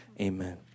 Amen